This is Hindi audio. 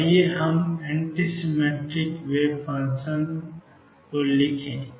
तो आइए हम एंटी सिमेट्रिक वेव फंक्शन के लिए लिखें